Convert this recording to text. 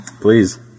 Please